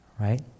right